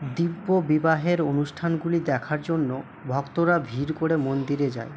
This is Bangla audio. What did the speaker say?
দিব্য বিবাহের অনুষ্ঠানগুলি দেখার জন্য ভক্তরা ভিড় করে মন্দিরে যায়